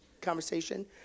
conversation